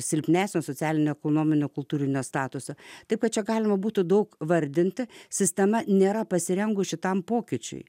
silpnesnio socialinio ekonominio kultūrinio statuso taip pat čia galima būtų daug vardinti sistema nėra pasirengusi tam pokyčiui